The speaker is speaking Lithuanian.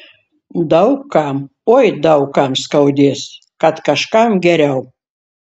daug kam oi daug kam skaudės kad kažkam geriau